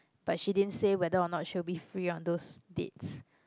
but she didn't say whether or not she'll be free on those dates